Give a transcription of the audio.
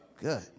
good